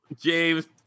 James